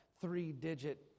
three-digit